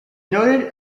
noted